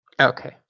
Okay